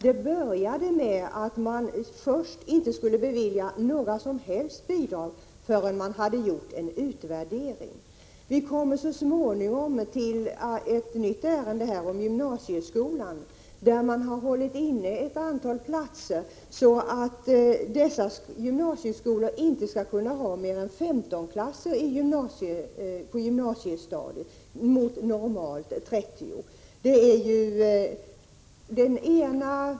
Det började med att regeringen inte ville bevilja några som helst bidrag förrän det hade gjorts en utvärdering. Vi kommer så småningom till ett ärende som rör gymnasieskolan, där man har hållit inne ett antal platser, så att dessa gymnasieskolor inte skall kunna ha annat än 15-klasser på gymnasiestadiet mot normalt 30-klasser.